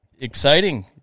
Exciting